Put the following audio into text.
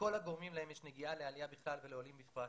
לכל הגורמים להם יש נגיעה לעלייה בכלל ולעולים בפרט,